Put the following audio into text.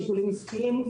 שיקולים עסקיים,